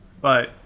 Bye